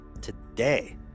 today